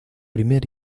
primer